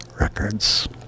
Records